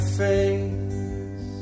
face